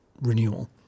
renewal